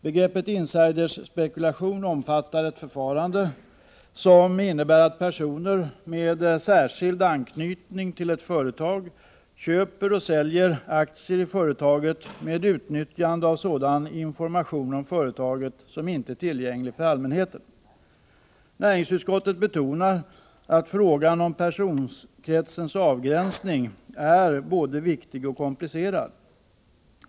Begreppet ”insider”-spekulation omfattar ett förfarande som innebär att personer med särskild anknytning till ett företag köper eller säljer aktier i företaget med utnyttjande av sådan information om företaget som inte är tillgänglig för allmänheten. Näringsutskottet betonar att frågan om personkretsens avgränsning är både viktig och komplicerad.